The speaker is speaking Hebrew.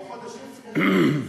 תוך חודשים ספורים.